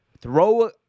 throw